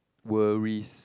worries